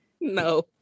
No